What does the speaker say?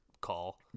call